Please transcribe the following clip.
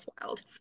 wild